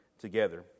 together